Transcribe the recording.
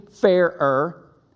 fairer